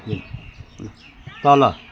तल